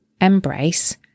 embrace